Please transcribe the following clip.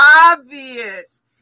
obvious